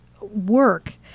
work